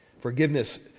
Forgiveness